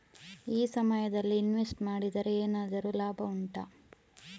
ಈ ಸಮಯದಲ್ಲಿ ಇನ್ವೆಸ್ಟ್ ಮಾಡಿದರೆ ಏನಾದರೂ ಲಾಭ ಉಂಟಾ